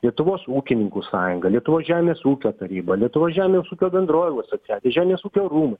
lietuvos ūkininkų sąjunga lietuvos žemės ūkio taryba lietuvos žemės ūkio bendrovių asociacija žemės ūkio rūmai